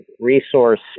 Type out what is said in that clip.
resource